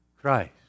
Christ